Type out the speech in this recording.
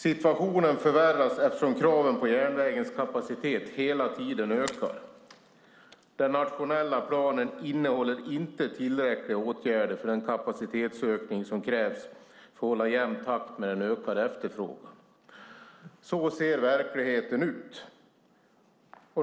Situationen förvärras eftersom kraven på järnvägens kapacitet hela tiden ökar. Den nationella planen innehåller inte tillräckliga åtgärder för den kapacitetsökning som krävs för att hålla jämn takt med den ökade efterfrågan. Så ser verkligheten ut.